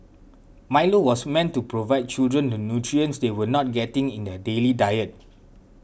Milo was meant to provide children the nutrients they were not getting in their daily diet